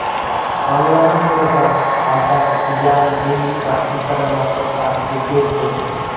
आवयाना मुरब्बा, आचार, ज्याम, जेली, भाजी कराना करता उपेग व्हस